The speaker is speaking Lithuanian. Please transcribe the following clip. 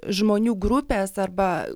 žmonių grupės arba